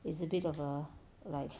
is a bit of err like